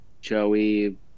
Joey